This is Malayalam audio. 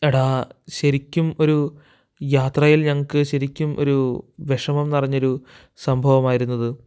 എടാ ശരിക്കും ഒരു യാത്രയില് ഞങ്ങള്ക്ക് ശരിക്കും ഒരു വിഷമം നിറഞ്ഞൊരു സംഭവമായിരുന്നത്